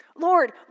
Lord